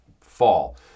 fall